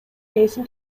ээсин